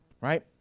right